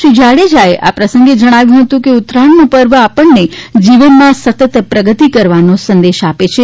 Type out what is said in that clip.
શ્રી જાડેજાએ આ પ્રસંગે કહ્યું હતું કે ઉત્તરાણનો પર્વ આપણને જીવનમાં સતત પ્રગતિ કરવાનો સંદેશ આપે છે